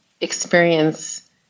experience